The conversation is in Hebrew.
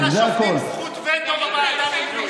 נתת לשופטים זכות וטו בוועדה למינוי שופטים.